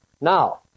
Now